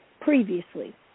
previously